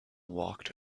walked